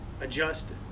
Adjust